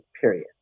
period